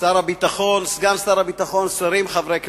שר הביטחון, סגן שר הביטחון, שרים, חברי כנסת,